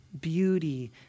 beauty